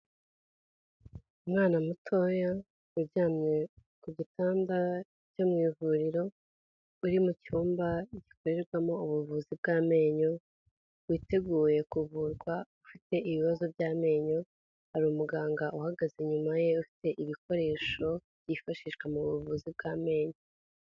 Umwana mutoya uryamye ku gitanda cyo mu ivuriro, uri mu cyumba gikorerwamo ubuvuzi bw'amenyo, witeguye kuvurwa ufite ibibazo by'amenyo, hari umuganga uhagaze inyuma ye ufite ibikoresho byifashishwa mu buvuzi bw'amenyo.